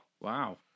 Wow